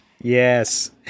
Yes